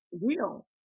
real